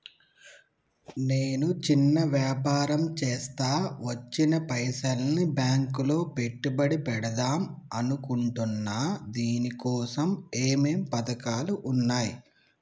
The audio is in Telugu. నేను చిన్న వ్యాపారం చేస్తా వచ్చిన పైసల్ని బ్యాంకులో పెట్టుబడి పెడదాం అనుకుంటున్నా దీనికోసం ఏమేం పథకాలు ఉన్నాయ్?